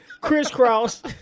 Crisscross